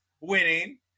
winning